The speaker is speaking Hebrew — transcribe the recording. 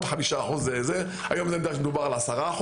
היום מדובר על 10%,